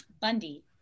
Bundy